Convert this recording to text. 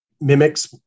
mimics